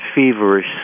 feverish